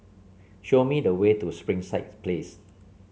show me the way to Springside Place